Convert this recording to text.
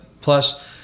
Plus